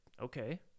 Okay